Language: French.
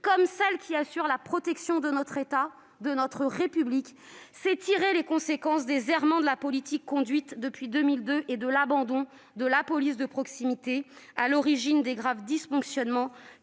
que celle qui permet d'assurer la protection de notre État, de notre République -, c'est tirer les conséquences des errements de la politique conduite depuis 2002, de l'abandon de la police de proximité, à l'origine des graves dysfonctionnements